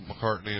McCartney